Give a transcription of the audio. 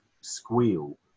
squeal